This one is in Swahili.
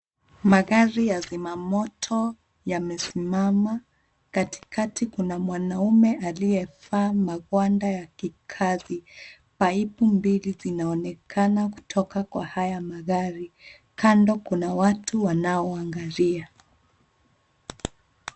Magari ya zimamoto yamesimama. Katikati kuna mwanaume aliyevaa magwanda ya kikazi. Paipu mbili zinaonekana kutoka kwa haya magari. Kando kuna watu wanao angalia.